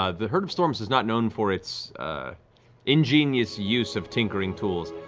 ah the herd of storms is not known for its ingenious use of tinkering tools,